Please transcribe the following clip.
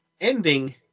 ending